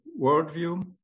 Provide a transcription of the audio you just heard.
worldview